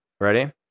Ready